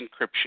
encryption